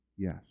Yes